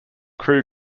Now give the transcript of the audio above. crew